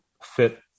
fit